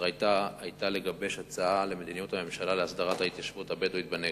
מטרתה היתה לגבש הצעה למדיניות הממשלה להסדרת ההתיישבות הבדואית בנגב.